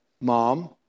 mom